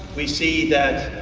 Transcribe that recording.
we see that